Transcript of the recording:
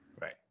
Right